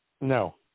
No